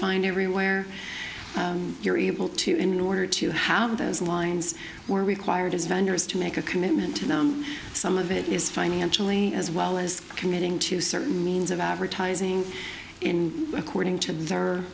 find everywhere you're able to in order to have those lines were required as vendors to make a commitment to them some of it is financially as well as committing to certain means of advertising in according to the